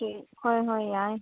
ꯍꯣꯏ ꯍꯣꯏ ꯌꯥꯏ